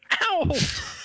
Ow